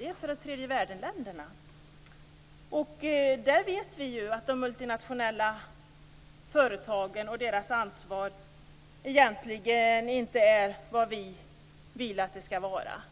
i tredje världen. Vi vet att de multinationella företagens ansvar inte är vad vi vill att det skall vara.